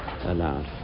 allowed